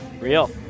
Real